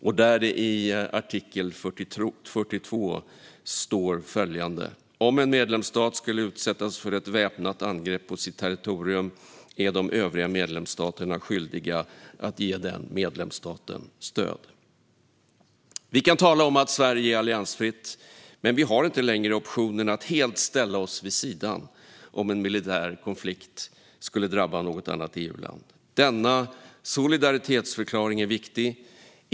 I fördragets artikel 42 står följande mening: "Om en medlemsstat skulle utsättas för ett väpnat angrepp på sitt territorium, är de övriga medlemsstaterna skyldiga att ge den medlemsstaten stöd." Vi kan kalla Sverige alliansfritt, men vi har inte längre optionen att helt ställa oss vid sidan om en militär konflikt skulle drabba något annat EU-land. Denna solidaritetsförklaring är viktig.